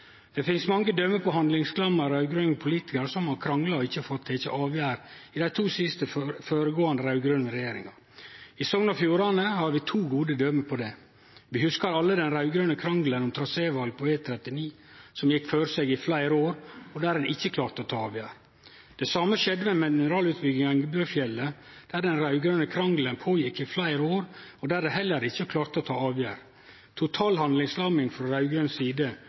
Det finst mange døme på handlingslamma raud-grøne politikarar som har krangla og ikkje fått til ei avgjerd i dei to føregåande raud-grøne regjeringane. I Sogn og Fjordane har vi to gode døme på det. Vi hugsar alle den raud-grøne krangelen om traséval på E39 som gjekk føre seg i fleire år, og der ein ikkje klarte å ta ei avgjerd. Det same skjedde i samband med mineralutvinninga i Engebøfjellet, der den raud-grøne krangelen gjekk føre seg i fleire år, og der ein heller ikkje klarte å ta ei avgjerd – total handlingslamming frå raud-grøn side,